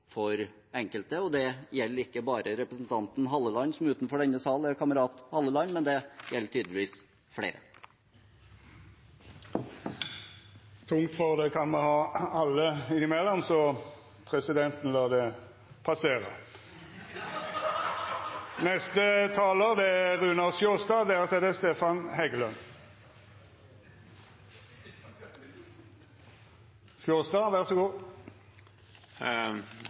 for enkelte, og det gjelder ikke bare representanten Halleland, som utenfor denne sal er kamerat Halleland, men det gjelder tydeligvis flere. Tungt for det kan me alle ha innimellom, så presidenten lar det passera. Jeg skal ikke dra ut debatten unødig; dette er mer en stemmeforklaring. Det